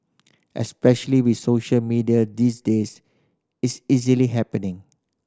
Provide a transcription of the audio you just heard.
especially with social media these days it's easily happening